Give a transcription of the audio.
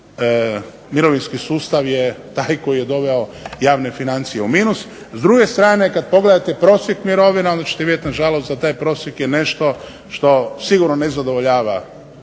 mirovinski sustav je taj koji je doveo javne financije u minus. S druge strane kad pogledate prosjek mirovina onda ćete vidjeti na žalost da taj prosjek je nešto što sigurno ne zadovoljava